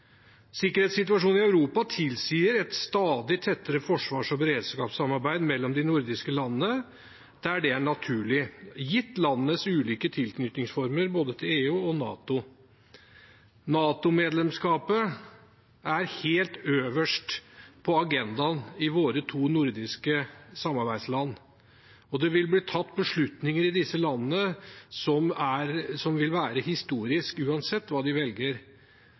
Sikkerhetssituasjonen i Europa tilsier et stadig tettere forsvars- og beredskapssamarbeid mellom de nordiske landene, der det er naturlig, gitt landenes ulike tilknytningsformer både til EU og til NATO. NATO-medlemskapet er øverst på agendaen i våre to nordiske samarbeidsland, og det vil bli tatt beslutninger i disse landene som vil være historiske, uansett hva de velger.